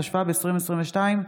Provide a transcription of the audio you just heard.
התשפ"ב 2022,